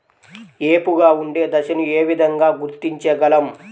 ఏపుగా ఉండే దశను ఏ విధంగా గుర్తించగలం?